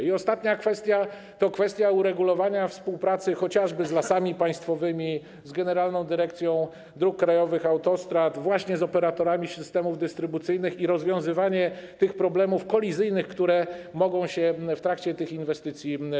I ostatnia kwestia dotyczy uregulowania współpracy chociażby z Lasami Państwowymi, z Generalną Dyrekcją Dróg Krajowych i Autostrad, właśnie z operatorami systemów dystrybucyjnych i rozwiązywania problemów kolizyjnych, które mogą się pojawić w trakcie inwestycji.